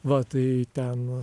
va tai ten